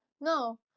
No